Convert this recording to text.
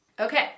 Okay